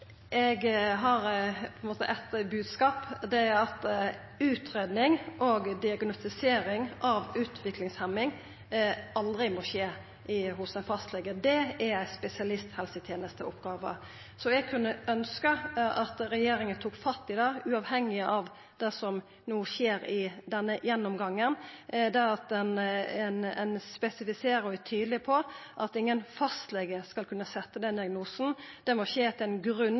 eg har ein bodskap, og det er at utgreiing og diagnostisering av utviklingshemming aldri må skje hos ein fastlege, det er ei oppgåve for spesialisthelsetenesta. Eg kunne ønskja at regjeringa uavhengig av det som no skjer i denne gjennomgangen, tok fatt i det, og at ein spesifiserer og er tydeleg på at ingen fastlege skal kunna setja den diagnosen. Det må skje